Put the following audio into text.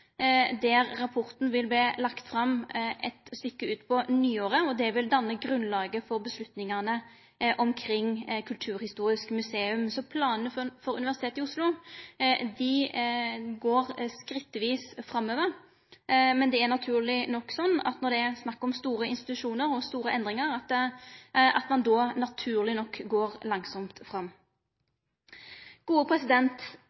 der i gang ein KS1-prosess, der rapporten vil verte lagd fram eit stykke ut på nyåret. Det vil danne grunnlaget for avgjerder omkring Kulturhistorisk museum. Så planane for Universitet i Oslo går skrittvis framover. Men det er naturleg nok slik at når det er snakk om store institusjonar og store endringar, går ein naturleg nok langsamt